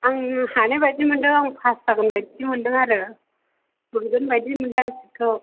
आं हानाय बायदि मोनदों पास जागोन बायदि मोनदों आरो मोनगोन बायदि मोनदां सिटखौ